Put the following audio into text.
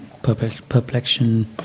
perplexion